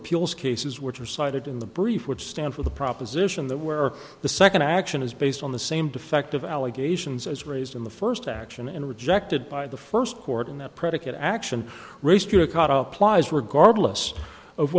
appeals cases which are cited in the brief which stand for the proposition that where the second action is based on the same defective allegations as raised in the first action and rejected by the first court in that predicate action re